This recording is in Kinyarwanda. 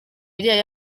miliyari